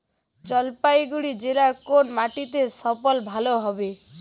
জলপাইগুড়ি জেলায় কোন মাটিতে ফসল ভালো হবে?